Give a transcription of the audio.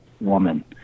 woman